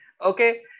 Okay